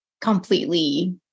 completely